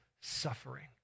suffering